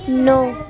نو